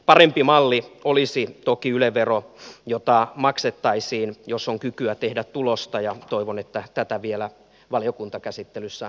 parempi malli olisi toki yle vero jota maksettaisiin jos on kykyä tehdä tulosta ja toivon että tätä vielä valiokuntakäsittelyssä pohditaan